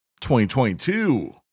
2022